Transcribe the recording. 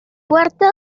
puerto